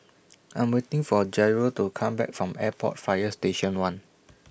I Am waiting For Jairo to Come Back from Airport Fire Station one